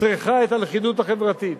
צריכה את הלכידות החברתית,